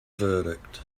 verdict